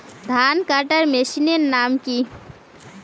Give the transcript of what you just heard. ধান কাটার মেশিনের নাম কি?